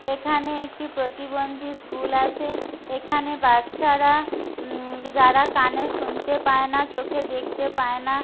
এখানে একটি প্রতিবন্ধী স্কুল আছে এখানে বাচ্চারা যারা কানে শুনতে পায় না চোখে দেখতে পায় না